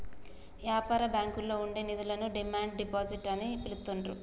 యాపార బ్యాంకుల్లో ఉండే నిధులను డిమాండ్ డిపాజిట్ అని పిలుత్తాండ్రు